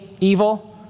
evil